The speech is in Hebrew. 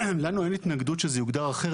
לנו אין התנגדות שזה יוגדר אחרת.